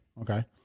Okay